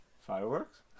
Fireworks